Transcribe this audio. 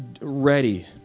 ready